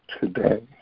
today